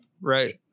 Right